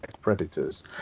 predators